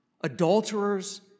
adulterers